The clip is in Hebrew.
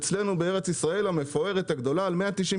אצלנו בארץ ישראל המפוארת הגדולה ב-190